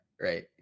right